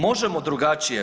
Možemo drugačije.